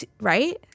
Right